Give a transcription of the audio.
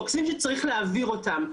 הכספים שצריך להעביר אותם,